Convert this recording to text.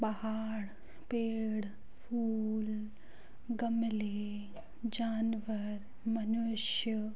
पहाड़ पेड़ फूल गमले जानवर मनुष्य